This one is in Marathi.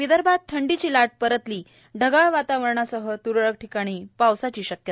आणि विदर्भात धंडीची लाट परतली क्गाळ वातावरणासह तुरळ्क ठिकाणी पावसाची शक्यता